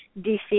DC